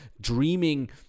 dreaming